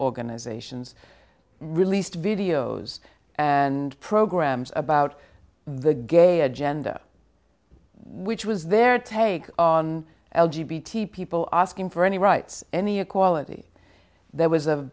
organizations released videos and programs about the gay agenda which was their take on l g b t people asking for any rights any equality there was a